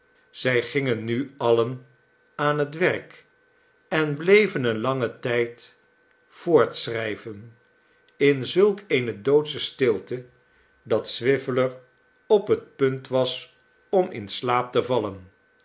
zij gingen nu alien aan het werk en bleven een langen tijd voortschrijven in zulk eene doodsche stilte dat swiveller op het punt was om in slaap te vallen